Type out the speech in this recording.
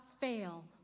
fail